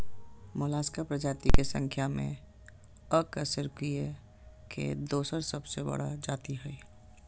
Mollusca प्रजाति के संख्या में अकशेरूकीय के दोसर सबसे बड़ा जाति हइ